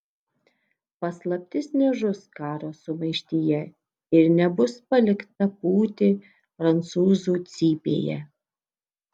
paslaptis nežus karo sumaištyje ir nebus palikta pūti prancūzų cypėje